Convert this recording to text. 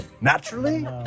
naturally